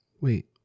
Wait